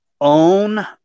own